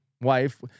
wife